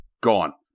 gone